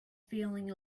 feeling